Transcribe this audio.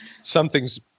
something's